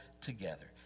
together